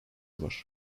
var